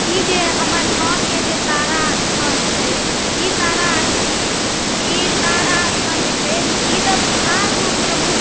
ई जे हमर गाँवके तारा स्थान छै ई तारा स ई तारा स्थान जे छै ई तऽ बिहारमे प्रमुख